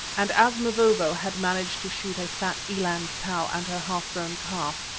and as mavovo had managed to shoot a fat eland cow and her half-grown calf,